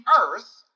earth